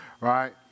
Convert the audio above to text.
right